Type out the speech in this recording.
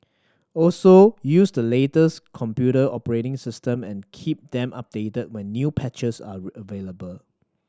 also use the latest computer operating system and keep them updated when new patches are available